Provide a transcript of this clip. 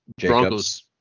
Broncos